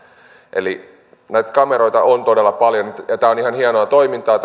eli näitä kameroita on todella paljon ja tämä kameravalvonta on ihan hienoa toimintaa